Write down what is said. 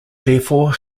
therefore